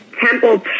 Temple